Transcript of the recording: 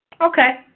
Okay